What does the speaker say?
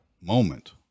moment